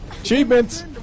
achievements